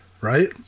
right